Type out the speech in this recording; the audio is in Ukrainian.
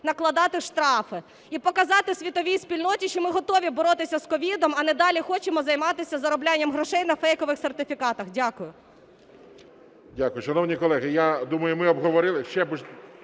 накладати штрафи і показати світовій спільноті, що ми готові боротися з COVID, а не далі хочемо займатися зароблянням грошей на фейкових сертифікатах. Дякую.